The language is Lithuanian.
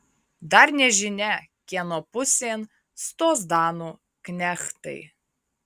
dar nežinia kieno pusėn stos danų knechtai